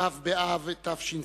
ו' באב התשס"ט,